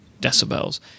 decibels